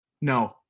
No